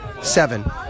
seven